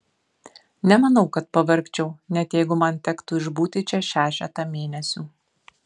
nemanau kad pavargčiau net jeigu man tektų išbūti čia šešetą mėnesių